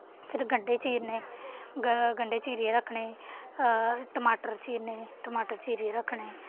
फिर गंडे चीरने ग गंडे चीरियै रखने टमाटर चीरने टमाटर चीरियै रखने